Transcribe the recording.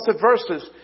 verses